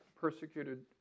persecuted